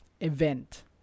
event